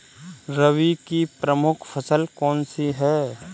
रबी की प्रमुख फसल कौन सी है?